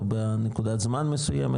או בנקודת זמן מסוימת,